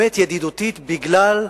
באמת ידידותית, בגלל,